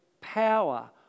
power